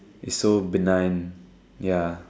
it's so benign ya